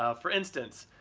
ah for instance,